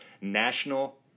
National